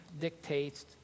dictates